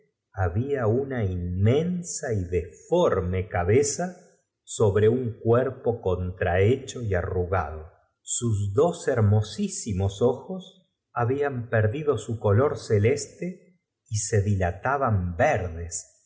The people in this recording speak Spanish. había una inmensa y deforme cabeza sobre un cuerpo conttahecho y arrugado sus dos hermosísimos ojos hablan perdidas por doquiera reinaba un silencio de do su color celeste y so dilataban verdes